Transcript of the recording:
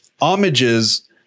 homages